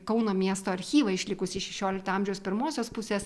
kauno miesto archyvą išlikusį iš šešiolikto amžiaus pirmosios pusės